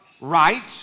right